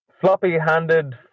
floppy-handed